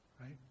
right